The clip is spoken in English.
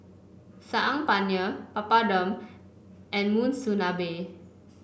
Saag Paneer Papadum and Monsunabe